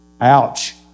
ouch